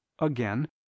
again